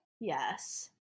Yes